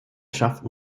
schaffte